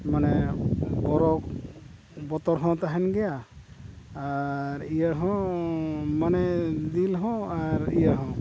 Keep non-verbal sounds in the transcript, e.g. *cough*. ᱢᱟᱱᱮ *unintelligible* ᱵᱚᱛᱚᱨ ᱦᱚᱸ ᱛᱟᱦᱮᱱ ᱜᱮᱭᱟ ᱟᱨ ᱤᱭᱟᱹ ᱦᱚᱸ ᱢᱟᱱᱮ ᱫᱤᱞ ᱦᱚᱸ ᱟᱨ ᱤᱭᱟᱹ ᱦᱚᱸ